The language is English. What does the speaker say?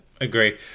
agree